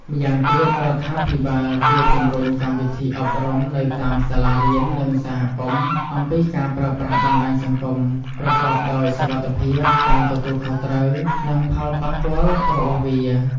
ម្យ៉ាងទៀតរដ្ឋាភិបាលគួរជំរុញកម្មវិធីអប់រំនៅតាមសាលារៀននិងសហគមន៍អំពីការប្រើប្រាស់បណ្តាញសង្គមប្រកបដោយសុវត្ថិភាព ការទទួលខុសត្រូវ និងផលប៉ះពាល់របស់វា។